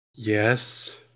Yes